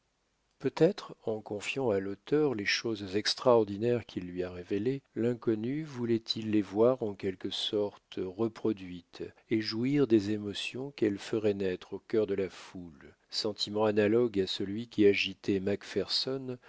peut-être en confiant à l'auteur les choses extraordinaires qu'il lui a révélées l'inconnu voulait-il les voir en quelque sorte reproduites et jouir des émotions qu'elles feraient naître au cœur de la foule sentiment analogue à celui qui agitait